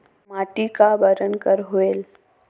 माटी का बरन कर होयल?